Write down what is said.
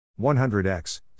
100x